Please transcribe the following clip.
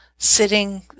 sitting